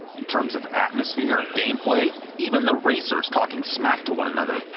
in terms of atmosphere, gameplay, even the racers talking smack to one another,